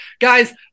guys